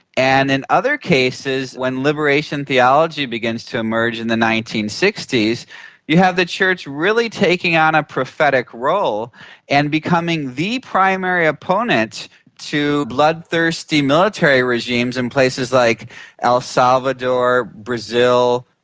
and in other cases when liberation theology begins to emerge in the nineteen sixty s you had the church really taking on a prophetic role and becoming the primary opponent to bloodthirsty military regimes in places like el salvador, brazil,